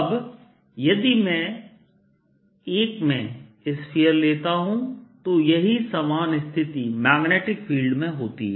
अब यदि मैं एक में इस्फीयर लेता हूं तो यही समान स्थिति मैग्नेटिक फील्ड में होती है